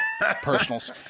personals